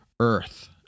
earth